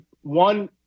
one